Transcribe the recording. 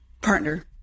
partner